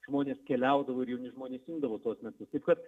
žmonės keliaudavo ir jauni žmonės imdavo tuos metus taip kad